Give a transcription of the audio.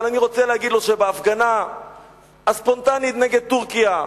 אבל אני רוצה להגיד לו שבהפגנה הספונטנית נגד טורקיה,